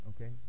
Okay